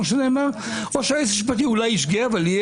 כמו שנאמר או היועץ המשפטי אולי ישגה אבל יהיה